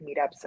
meetups